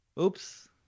Oops